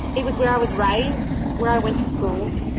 it was where i was raised, where i went to school,